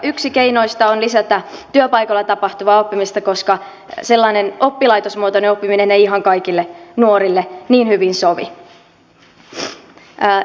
yksi keinoista on lisätä työpaikoilla tapahtuvaa oppimista koska sellainen oppilaitosmuotoinen oppiminen ei ihan kaikille nuorille niin hyvin sovi